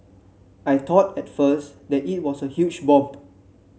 I thought at first that it was a huge bomb